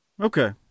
Okay